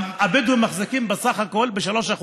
הבדואים מחזיקים בסך הכול ב-3%.